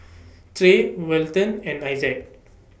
Trey Welton and Isaac